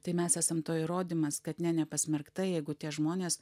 tai mes esam to įrodymas kad ne nepasmerkta jeigu tie žmonės